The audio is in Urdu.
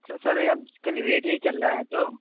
اچھا سر آج کل ریٹ یہی چل رہا ہے تو